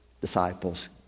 disciples